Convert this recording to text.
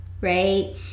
right